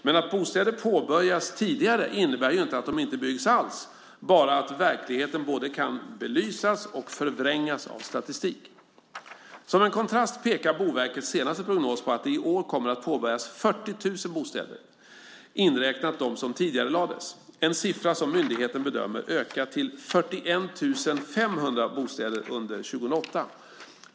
Men att bostäder påbörjas tidigare innebär ju inte att de inte byggs alls, bara att verkligheten både kan belysas och förvrängas av statistik. Som en kontrast pekar Boverkets senaste prognos på att det i år kommer att påbörjas 40 000 bostäder, inräknat de som tidigarelades, en siffra som myndigheten bedömer ökar till 41 500 bostäder under 2008.